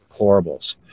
chlorables